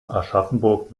aschaffenburg